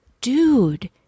dude